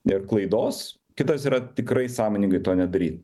ir klaidos kitas yra tikrai sąmoningai to nedary